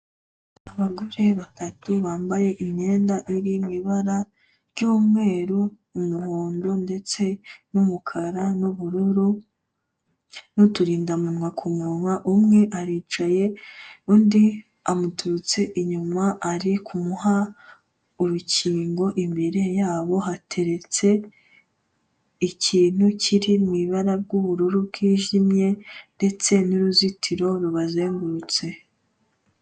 Abagore batatu bambaye imyenda iri mu ibara ry'umweru, umuhondo ndetse n'umukara n'ubururu n'uturindamunwa ku munwa, umwe aricaye undi umuturutse inyuma ari kumuha urukingo. Imbere yabo hateretse ikintu kiri mu ibara ry'ubururu bwijimye ndetse n'uruzitiro rubazengurutse.